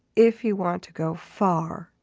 if you want to go far,